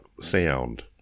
sound